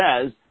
says